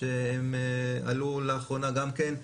שהם עלו לאחרונה גם כן,